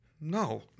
No